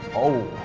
oh